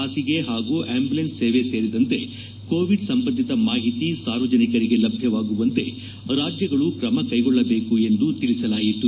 ಹಾಸಿಗೆ ಹಾಗೂ ಆಂಬುಲೆನ್ಸ್ ಸೇವೆ ಸೇರಿದಂತೆ ಕೋವಿಡ್ ಸಂಬಂಧಿತ ಮಾಹಿತಿ ಸಾರ್ವಜನಿಕರಿಗೆ ಲಭ್ಞವಾಗುವಂತೆ ರಾಜ್ಲಗಳು ಕ್ರಮ ಕೈಗೊಳ್ಳಬೇಕು ಎಂದು ತಿಳಿಸಲಾಯಿತು